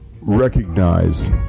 recognize